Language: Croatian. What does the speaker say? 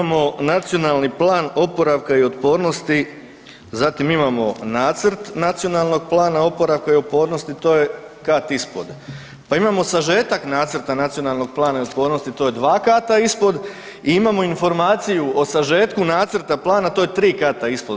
Imamo Nacionalni plan oporavka i otpornosti, zatim imamo nacrt Nacionalnog plana oporavka i otpornosti, to je kat ispod, pa imamo sažetak nacrta Nacionalnog plana i otpornosti, to je dva kata ispod i imamo Informaciju o sažetku nacrta plana, to je tri kata ispod.